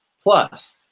plus